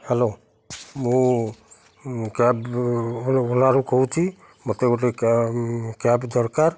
hello ମୁଁ cab ଓଲାରୁ କହୁଛି ମୋତେ ଗୋଟେ କ୍ୟାବ୍ ଦରକାର